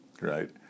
right